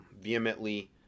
vehemently